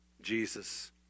Jesus